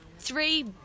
three